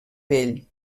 pell